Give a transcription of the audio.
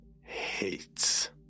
hates